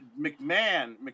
McMahon